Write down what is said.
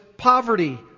poverty